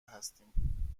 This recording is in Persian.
هستیم